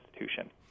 institution